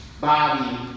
Bobby